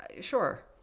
Sure